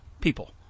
people